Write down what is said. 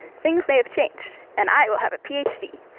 things may have changed, and i will have a ph d.